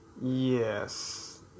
Yes